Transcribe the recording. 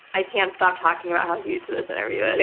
i can't stop talking about how huge this interview is.